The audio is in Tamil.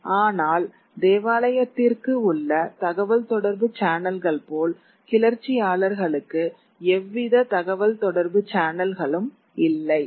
ஆனால் தேவாலயத்திற்கு உள்ள தகவல்தொடர்பு சேனல்கள் போல் கிளர்ச்சியாளர்களுக்கு எவ்வித தகவல் தொடர்பு சேனல்களும் இல்லை